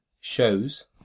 shows